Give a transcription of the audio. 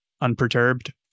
unperturbed